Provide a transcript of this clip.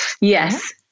Yes